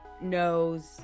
knows